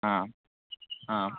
आम् आम्